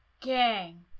Gang